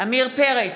עמיר פרץ,